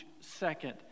second